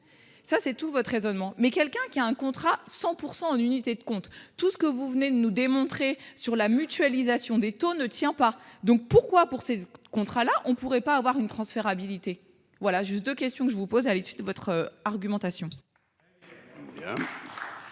Ça c'est tout votre raisonnement, mais quelqu'un qui a un contrat 100 pour en unité de compte, tout ce que vous venez de nous démontrer sur la mutualisation des taux ne tient pas donc pourquoi pour ce contrat-là on pourrait pas avoir une transférabilité. Voilà juste de questions que je vous pose à l'issue de votre argumentation.